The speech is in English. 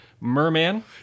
Merman